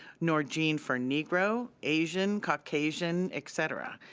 nor gene for negro, asian, caucasian, et cetera.